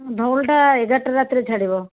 ଧଉଳି ଟା ଏଗାର ଟା ରାତିରେ ଛାଡ଼ିବ